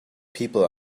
people